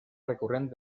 recurrent